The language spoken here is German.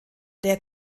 der